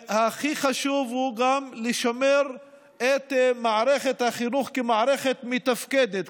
והכי חשוב גם לשמר את מערכת החינוך כמערכת מתפקדת,